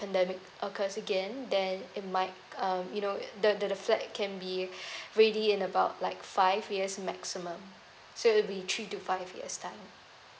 pandemic occurs again then it might um you know the the flat can be ready in about like five years maximum so it will be three to five years time